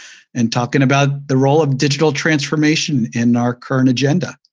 and talking about the role of digital transformation in our current agenda.